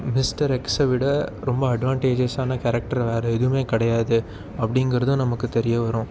mister எக்ஸை விட ரொம்ப அட்வான்டேஜஸான கேரக்டர் வேறே எதுவுமே கிடையாது அப்படிக்கிறது நமக்கு தெரிய வரும்